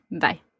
Bye